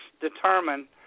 determine